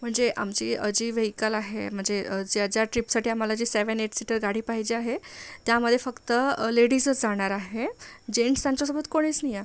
म्हणजे आमची जी व्हेइकल आहे म्हणजे ज्याज्या ट्रिपसाठी आम्हाला जे सेवन एट सीटर गाडी पाहिजे आहे त्यामध्ये फक्त लेडीजच जाणार आहे जेंट्स त्यांच्यासोबत कोणीच नाही आहे